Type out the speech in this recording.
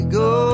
go